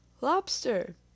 Lobster